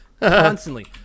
Constantly